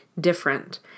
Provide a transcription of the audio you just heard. different